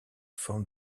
forme